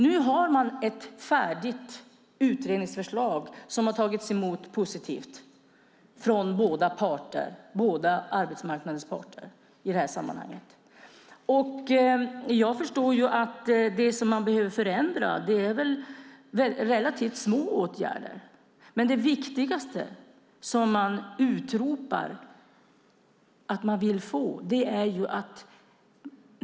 Nu har man ett färdigt utredningsförslag som har tagits emot positivt av arbetsmarknadens båda parter. Vad jag förstår är det relativt små åtgärder som behövs.